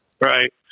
Right